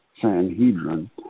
Sanhedrin